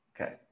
okay